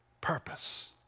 purpose